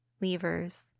levers